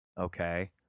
Okay